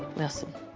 listen.